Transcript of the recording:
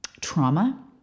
trauma